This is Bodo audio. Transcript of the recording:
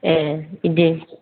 ए बिदि